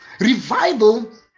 Revival